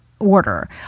Order